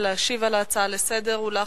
להשיב על ההצעה לסדר-היום.